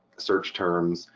search terms,